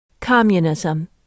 Communism